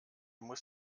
muss